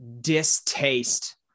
distaste